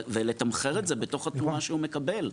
ולתמחר את זה בתוך התמורה שהוא מקבל,